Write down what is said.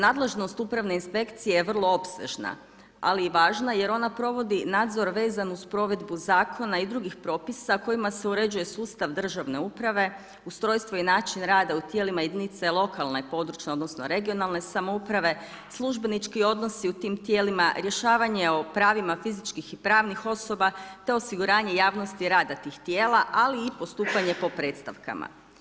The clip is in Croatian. Nadležnost Upravne inspekcije je vrlo opsežna, ali i važna jer ona provodi nadzor vezan uz provedbu zakona i drugih propisa, a kojima se uređuje sustav državne uprave, ustrojstvo i način rada u tijelima jedinice lokalne, područne, odnosno regionalne samouprave, službenički odnosi u tim tijelima, rješavanje o pravima fizičkih i pravnih osoba, te osiguranje javnosti rada tih tijela ali i postupanje po predstavkama.